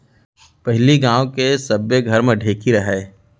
पहिली गांव के सब्बे घर म ढेंकी रहय